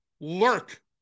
lurk